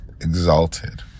exalted